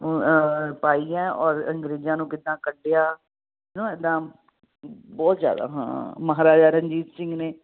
ਪਾਈ ਹੈ ਔਰ ਅੰਗਰੇਜ਼ਾਂ ਨੂੰ ਕਿੱਦਾਂ ਕੱਢਿਆ ਇੱਦਾਂ ਬਹੁਤ ਜ਼ਿਆਦਾ ਹਾਂ ਮਹਾਰਾਜਾ ਰਣਜੀਤ ਸਿੰਘ ਨੇ